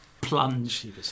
plunge